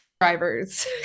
driver's